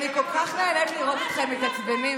אני כל כך נהנית לראות אתכם מתעצבנים,